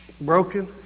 broken